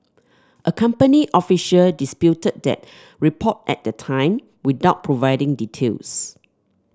a company official disputed that report at the time without providing details